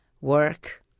Work